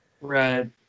Right